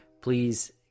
please